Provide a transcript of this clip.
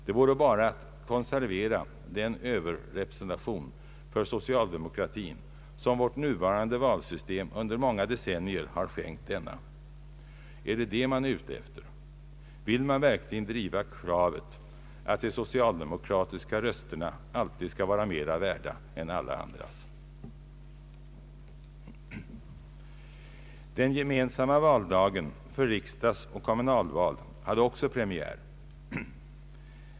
Det vore bara att konservera den överrepresentation för socialdemokratin som vårt gamla valsystem under många decennier har skänkt denna. Är det detta man är ute efter? Vill man verkligen driva kravet att de socialdemokratiska rösterna alltid skall vara mera värda än alla andras? Den gemensamma valdagen för riksdagsoch kommunalval hade också premiär.